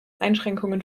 einschränkungen